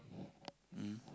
mm